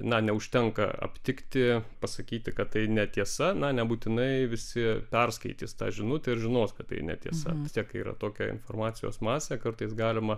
na neužtenka aptikti pasakyti kad tai netiesa na nebūtinai visi perskaitys tą žinutę ir žinos kad tai nestiesa vis tiek yra tokia informacijos masė kartais galima